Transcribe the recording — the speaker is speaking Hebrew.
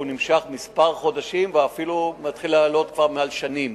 שנמשך כמה חודשים ואפילו מתחיל לעלות לשנים.